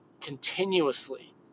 Continuously